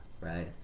Right